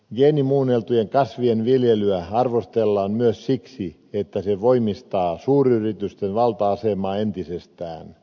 geenimuunneltujen kasvien viljelyä arvostellaan myös siksi että se voimistaa suuryritysten valta asemaa entisestään